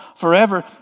forever